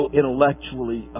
intellectually